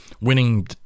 winning